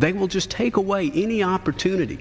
they will just take away any opportunity